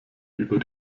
über